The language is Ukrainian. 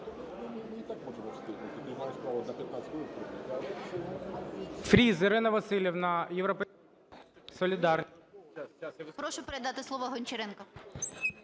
Прошу передати слово Гончаренку.